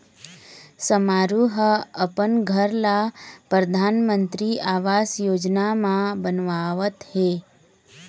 समारू ह अपन घर ल परधानमंतरी आवास योजना म बनवावत हे